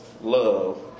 love